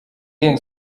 gang